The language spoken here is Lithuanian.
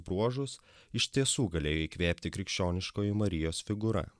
bruožus iš tiesų galėjo įkvėpti krikščioniškoji marijos figūra